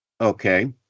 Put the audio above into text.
Okay